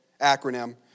acronym